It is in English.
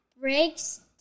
Breaks